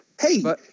Hey